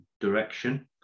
direction